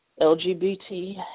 LGBT